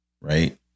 Right